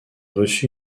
reçu